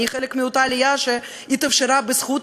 אני חלק מאותה עלייה שהתאפשרה בזכות